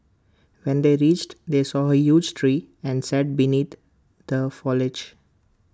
when they reached they saw A huge tree and sat beneath the foliage